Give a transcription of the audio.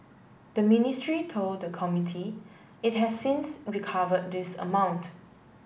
the ministry told the committee it has since recover this amount